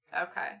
Okay